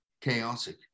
chaotic